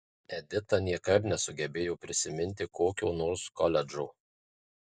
edita niekaip nesugebėjo prisiminti kokio nors koledžo